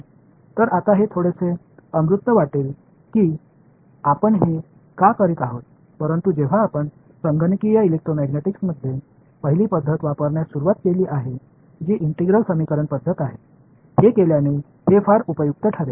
तर आता हे थोडेसे अमूर्त वाटेल की आपण हे का करीत आहोत परंतु जेव्हा आपण संगणकीय इलेक्ट्रोमॅग्नेटिकमध्ये पहिली पद्धत वापरण्यास सुरूवात केली आहे जी इंटिग्रल समीकरण पद्धत आहे हे केल्याने हे फार उपयुक्त ठरेल